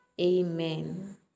Amen